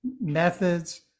methods